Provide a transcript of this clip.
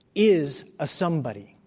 is a somebody.